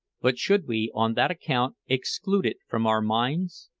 but should we on that account exclude it from our minds?